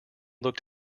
looked